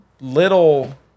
little